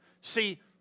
See